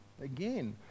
again